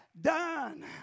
done